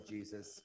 Jesus